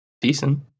decent